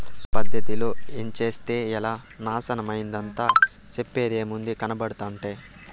ఏ పద్ధతిలో ఏంచేత్తే ఎలా నాశనమైతందో చెప్పేదేముంది, కనబడుతంటే